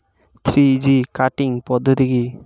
Three G cutting পদ্ধতি কি?